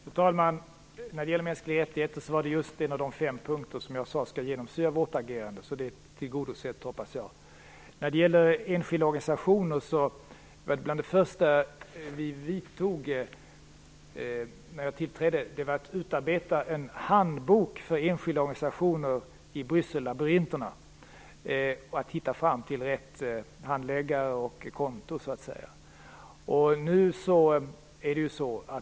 Fru talman! Frågan om de mänskliga rättigheterna var just en av de fem punkter som jag sade skall genomsyra vårt agerande. Det är alltså tillgodosett, hoppas jag. När det gäller frågan om enskilda organisationer vill jag säga att något av det första vi gjorde när jag tillträdde var att utarbeta en handbok för att hjälpa enskilda organisationer att hitta rätt handläggare och konto i Bryssel-labyrinterna.